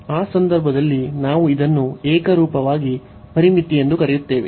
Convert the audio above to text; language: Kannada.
ಆ ಸಂದರ್ಭದಲ್ಲಿ ನಾವು ಇದನ್ನು ಏಕರೂಪವಾಗಿ ಪರಿಮಿತಿ ಎಂದು ಕರೆಯುತ್ತೇವೆ